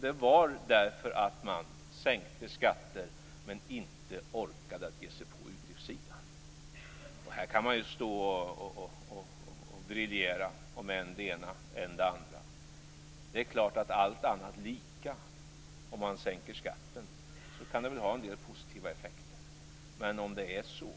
Det var därför att man sänkte skatter men inte orkade ge sig på utgiftssidan. Här kan man stå och briljera om än det ena, än det andra. Allt annat lika är det klart att det kan ha positiva effekter om man sänker skatten.